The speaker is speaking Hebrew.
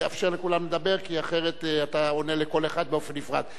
תאפשר לכולם לדבר כי אחרת אתה עונה לכל אחד באופן נפרד.